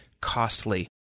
costly